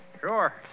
Sure